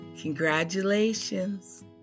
Congratulations